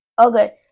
Okay